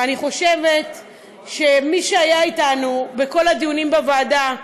ואני חושבת שמי שהיה אתנו בכל הדיונים בוועדה,